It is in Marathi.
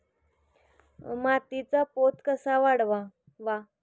मातीचा पोत कसा वाढवावा?